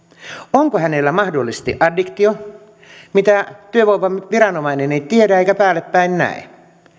onko hänellä mahdollisesti addiktio mitä työvoimaviranomainen ei tiedä eikä päällepäin näe